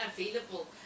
available